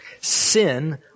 Sin